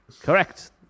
Correct